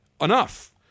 enough